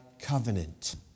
covenant